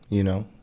you know,